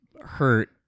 Hurt